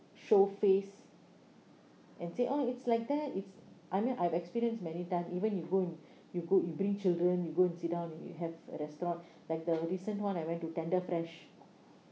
show face and say oh it's like that it's I mean I've experienced many time even you go and you go you bring children you go and sit down in you have a restaurant like the recent one I went to Tenderfresh